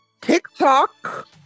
TikTok